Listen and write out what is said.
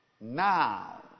Now